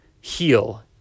heal